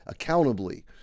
accountably